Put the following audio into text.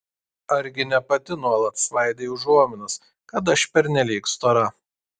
argi ne pati nuolat svaidei užuominas kad aš pernelyg stora